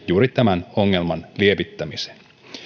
juuri tämän ongelman lievittämiseen